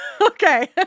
okay